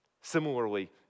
Similarly